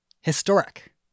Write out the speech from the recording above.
Historic